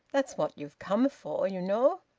that's what you've come for, you know.